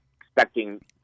expecting